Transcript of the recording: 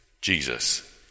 Jesus